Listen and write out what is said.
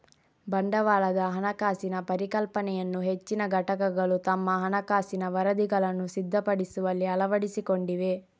ಬಂಡವಾಳದ ಹಣಕಾಸಿನ ಪರಿಕಲ್ಪನೆಯನ್ನು ಹೆಚ್ಚಿನ ಘಟಕಗಳು ತಮ್ಮ ಹಣಕಾಸಿನ ವರದಿಗಳನ್ನು ಸಿದ್ಧಪಡಿಸುವಲ್ಲಿ ಅಳವಡಿಸಿಕೊಂಡಿವೆ